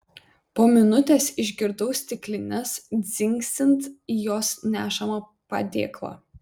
po minutės išgirdau stiklines dzingsint į jos nešamą padėklą